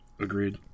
agreed